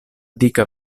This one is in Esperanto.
dika